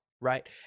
Right